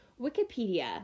Wikipedia